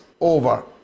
over